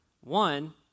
One